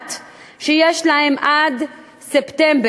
הוחלט שיש להם עד ספטמבר,